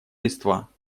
листва